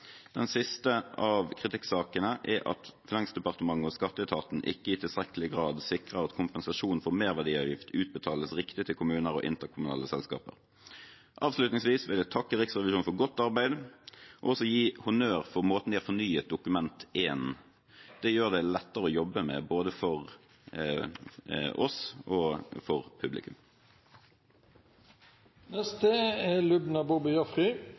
Den siste av kritikksakene er at Finansdepartementet og skatteetaten ikke i tilstrekkelig grad sikrer at kompensasjon for merverdiavgift utbetales riktig til kommuner og interkommunale selskaper. Avslutningsvis vil jeg takke Riksrevisjonen for godt arbeid og også gi honnør for måten de har fornyet Dokument 1 på. Det gjør det lettere å jobbe med både for oss og for